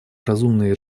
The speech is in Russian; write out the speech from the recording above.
разумные